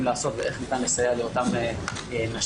לעשות ואיך ניתן לסייע לאותן נשים.